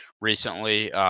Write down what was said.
recently